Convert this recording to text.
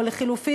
או לחלופין,